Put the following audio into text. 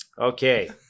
Okay